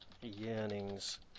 yearnings